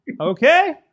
okay